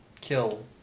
kill